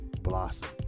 blossom